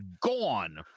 gone